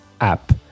app